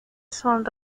son